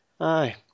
Aye